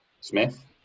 Smith